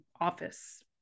office